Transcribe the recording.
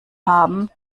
haben